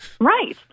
right